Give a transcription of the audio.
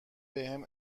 بهم